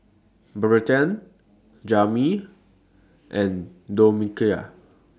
Bertha Jamil and Domenica